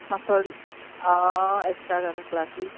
आं थोडे अ एक्स्ट्रा घरा क्लासीस